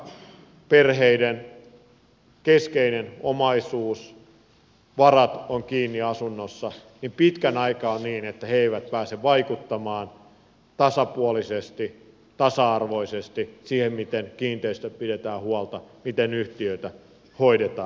vaikka perheiden keskeinen omaisuus varat on kiinni asunnossa pitkän aikaa on niin että he eivät pääse vaikuttamaan tasapuolisesti tasa arvoisesti siihen miten kiinteistöistä pidetään huolta miten yhtiöitä hoidetaan